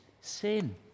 sin